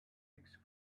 sixth